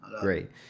Great